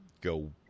go